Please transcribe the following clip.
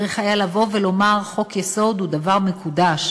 צריך היה לבוא ולומר: חוק-יסוד הוא דבר מקודש